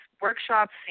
workshops